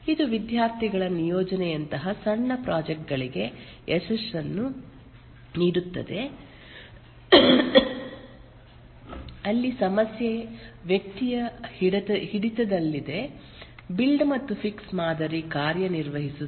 ಇದು ವಿದ್ಯಾರ್ಥಿಗಳ ನಿಯೋಜನೆಯಂತಹ ಸಣ್ಣ ಪ್ರಾಜೆಕ್ಟ್ ಗಳಿಗೆ ಯಶಸ್ಸನ್ನು ನೀಡುತ್ತದೆ ಅಲ್ಲಿ ಸಮಸ್ಯೆ ವ್ಯಕ್ತಿಯ ಹಿಡಿತದಲ್ಲಿದೆ ಬಿಲ್ಡ್ ಮತ್ತು ಫಿಕ್ಸ್ ಮಾದರಿ ಕಾರ್ಯನಿರ್ವಹಿಸುತ್ತದೆ